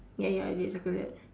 ya ya I did circle that